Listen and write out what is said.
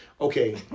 Okay